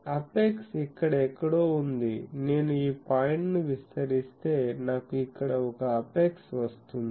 apex ఇక్కడ ఎక్కడో ఉంది నేను ఈ పాయింట్ను విస్తరిస్తే నాకు ఇక్కడ ఒక అపెక్స్ వస్తుంది